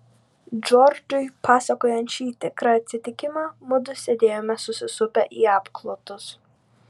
džordžui pasakojant šį tikrą atsitikimą mudu sėdėjome susisupę į apklotus